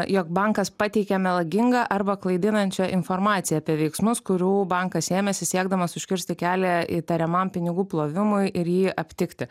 jog bankas pateikė melagingą arba klaidinančią informaciją apie veiksmus kurių bankas ėmėsi siekdamas užkirsti kelią įtariamam pinigų plovimui ir jį aptikti